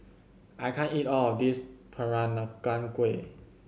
I can't eat all of this Peranakan Kueh